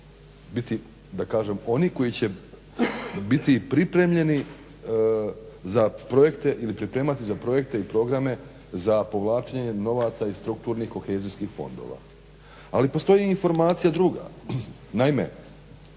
biti da kažem oni koji će biti pripremljeni za projekte ili pripremati za projekte i programe za povlačenje novaca iz strukturnih kohezijskih fondova. Ali postoji informacija druga, naime